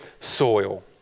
soil